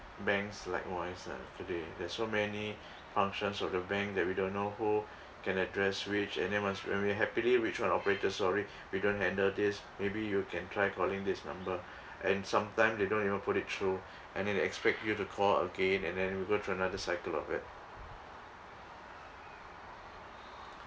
banks likewise ah today there's so many functions of the bank that we don't know who can address which and then once when we happily reach one operator sorry we don't handle this maybe you can try calling this number and sometime they don't even put it through and then they expect you to call again and then we go through another cycle of it